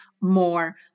more